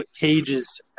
Cage's